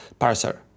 parser